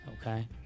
Okay